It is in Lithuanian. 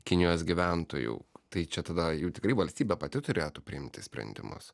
kinijos gyventojų tai čia tada jų tikrai valstybė pati turėtų priimti sprendimus